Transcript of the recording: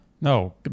No